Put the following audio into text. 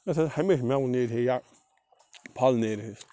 یُس اَتھ ہمیٚشہ میٚوٕ نیٚرِہے یا پھل نیٚرِہے